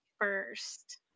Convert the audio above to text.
first